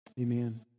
amen